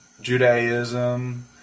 Judaism